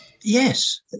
Yes